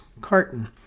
carton